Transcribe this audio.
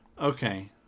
Okay